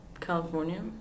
California